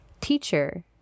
Teacher